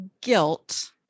guilt